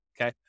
Okay